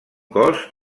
cos